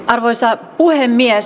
arvoisa puhemies